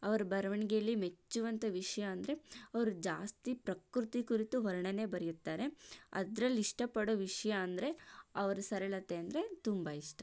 ಅವರ ಬರವಣಿಗೆಯಲ್ಲಿ ಮೆಚ್ಚುವಂಥ ವಿಷಯ ಅಂದರೆ ಅವರು ಜಾಸ್ತಿ ಪ್ರಕೃತಿ ಕುರಿತು ವರ್ಣನೆ ಬರಿಯುತ್ತಾರೆ ಅದರಲ್ಲಿ ಇಷ್ಟಪಡೋ ವಿಷಯ ಅಂದರೆ ಅವರ ಸರಳತೆ ಅಂದರೆ ತುಂಬ ಇಷ್ಟ